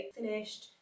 finished